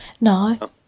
No